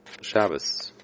Shabbos